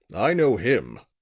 i know him,